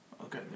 okay